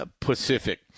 Pacific